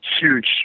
huge